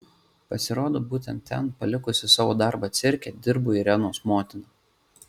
pasirodo būtent ten palikusi savo darbą cirke dirbo irenos motina